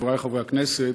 חבריי חברי הכנסת,